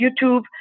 YouTube